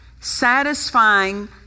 satisfying